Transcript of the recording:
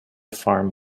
farm